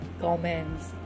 Comments